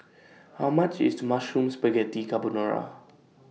How much IS Mushroom Spaghetti Carbonara